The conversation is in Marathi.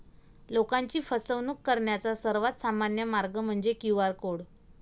लोकांची फसवणूक करण्याचा सर्वात सामान्य मार्ग म्हणजे क्यू.आर कोड